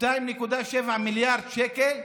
2.7 מיליארד שקל,